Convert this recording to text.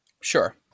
Sure